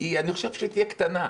היא אני חושב שתהיה קטנה.